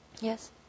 Yes